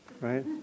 Right